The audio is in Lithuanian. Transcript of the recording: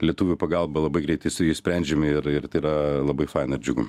lietuvių pagalba labai greitai su ja išsprendžiami ir ir tai yra labai faina ir džiugu